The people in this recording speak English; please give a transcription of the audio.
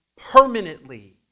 permanently